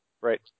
Right